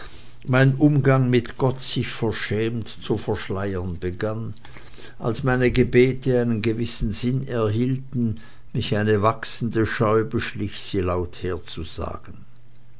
mein umgang mit gott sich verschämt zu verschleiern begann und als meine gebete einen gewissen sinn erhielten mich eine wachsende scheu beschlich sie laut